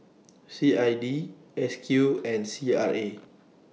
C I D S Q and C R A